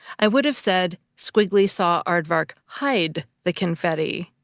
i would have said squiggly saw aardvark hide the confetti.